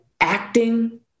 acting